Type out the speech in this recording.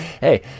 hey